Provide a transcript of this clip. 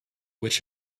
which